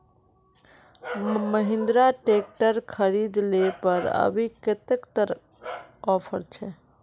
Mahindra tractor खरीद ले पर अभी कतेक तक ऑफर छे?